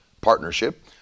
partnership